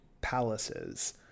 palaces